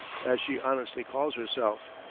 as she honestly calls herself.